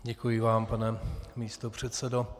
Děkuji vám, pane místopředsedo.